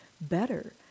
better